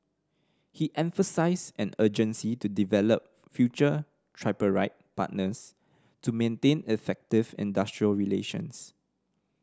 he emphasised an urgency to develop future tripartite partners to maintain effective industrial relations